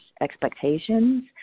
expectations